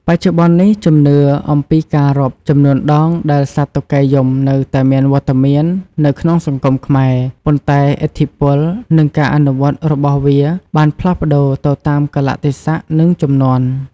បច្ចុប្បន្ននេះ ជំនឿអំពីការរាប់ចំនួនដងដែលសត្វតុកែយំនៅតែមានវត្តមាននៅក្នុងសង្គមខ្មែរ ប៉ុន្តែឥទ្ធិពល និងការអនុវត្តរបស់វាបានផ្លាស់ប្ដូរទៅតាមកាលៈទេសៈ និងជំនាន់។